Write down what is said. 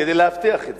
כדי להבטיח את זה.